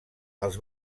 els